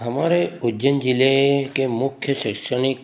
हमारे उज्जैन जिले के मुख्य शैक्षणिक